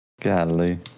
golly